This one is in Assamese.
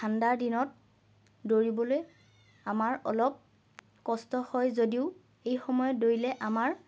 ঠাণ্ডাৰ দিনত দৌৰিবলৈ আমাৰ অলপ কষ্ট হয় যদিও এই সময়ত দৌৰিলে আমাৰ